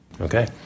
Okay